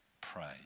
pray